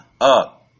up